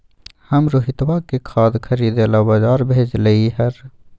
हम रोहितवा के खाद खरीदे ला बजार भेजलीअई र